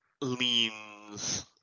leans